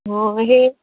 অঁ সেই